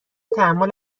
تحمل